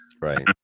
Right